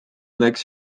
läks